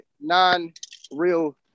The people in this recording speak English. non-real